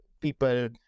people